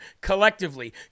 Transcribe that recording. collectively